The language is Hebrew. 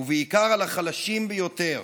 ובעיקר על החלשים ביותר,